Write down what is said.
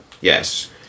Yes